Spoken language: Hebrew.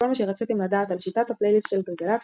כל מה שרציתם לדעת על שיטת הפלייליסט של גלגלצ,